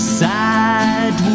sad